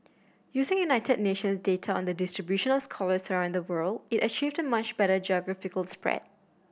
using United Nations data on the distribution of scholars around the world it achieved a much better geographical spread